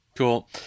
Cool